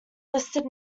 listed